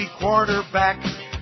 quarterback